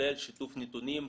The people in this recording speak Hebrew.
כולל שיתוף נתונים,